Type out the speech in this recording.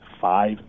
five